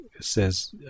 says